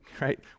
right